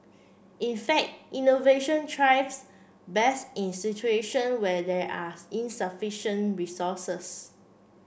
in fact innovation thrives best in situation where there are insufficient resources